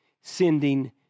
sending